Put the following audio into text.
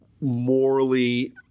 morally